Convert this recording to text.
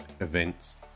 events